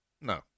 no